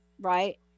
Right